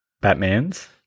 Batman's